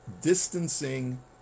distancing